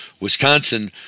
Wisconsin